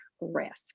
risk